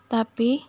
Tapi